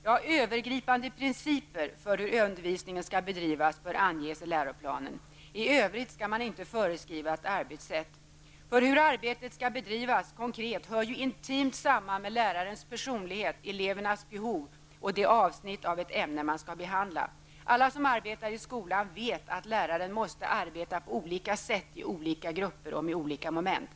Ja, övergripande principer för hur undervisningen skall bedrivas bör anges i läroplanen. I övrigt skall man inte föreskriva arbetssätt. Hur arbetet konkret skall bedrivas hör ju intimt samman med lärarens personlighet, elevernas behov och det avsnitt av ett ämne som skall behandlas. Alla som arbetar i skolan vet att läraren måste arbeta på olika sätt i olika grupper och med olika moment.